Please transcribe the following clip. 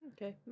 Okay